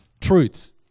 truths